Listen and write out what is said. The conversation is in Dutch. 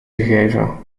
gegeven